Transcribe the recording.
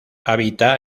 habita